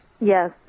Yes